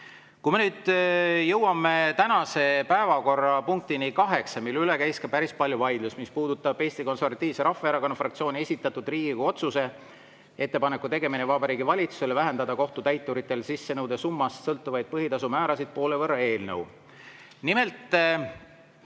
Kui me nüüd jõuame tänase kaheksanda päevakorrapunktini, mille üle oli päris palju vaidlust, mis puudutab Eesti Konservatiivse Rahvaerakonna fraktsiooni esitatud Riigikogu otsuse "Ettepaneku tegemine Vabariigi Valitsusele vähendada kohtutäituritel sissenõude summast sõltuvaid põhitasu määrasid poole võrra" eelnõu, siis